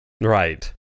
Right